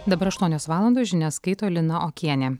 dabar aštuonios valandos žinias skaito lina okienė